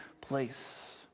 place